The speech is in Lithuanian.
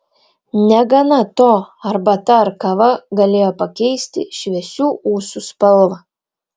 negana to arbata ar kava galėjo pakeisti šviesių ūsų spalvą